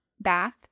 bath